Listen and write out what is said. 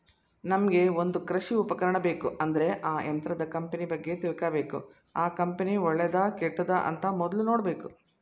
ನಮ್ಗೆ ಒಂದ್ ಕೃಷಿ ಉಪಕರಣ ಬೇಕು ಅಂದ್ರೆ ಆ ಯಂತ್ರದ ಕಂಪನಿ ಬಗ್ಗೆ ತಿಳ್ಕಬೇಕು ಆ ಕಂಪನಿ ಒಳ್ಳೆದಾ ಕೆಟ್ಟುದ ಅಂತ ಮೊದ್ಲು ನೋಡ್ಬೇಕು